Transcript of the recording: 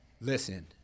listen